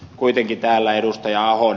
kuitenkin täällä ed